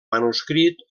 manuscrit